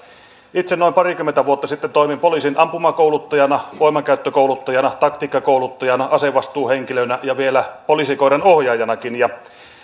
itse noin parikymmentä vuotta sitten toimin poliisin ampumakouluttajana voimankäyttökouluttajana taktiikkakouluttajana asevastuuhenkilönä ja vielä poliisikoiranohjaajanakin